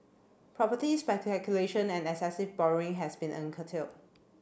property and excessive borrowing has been curtailed